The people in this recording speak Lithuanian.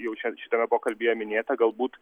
jau čia šitame pokalbyje minėta galbūt